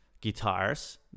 guitars